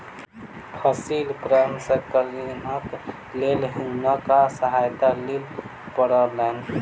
फसिल प्रसंस्करणक लेल हुनका सहायता लिअ पड़लैन